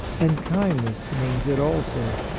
and kindness means it also.